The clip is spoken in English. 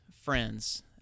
friends